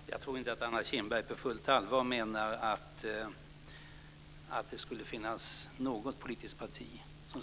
Fru talman! Jag tror inte att Anna Kinberg på fullt allvar menar att något politiskt parti